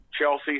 Chelsea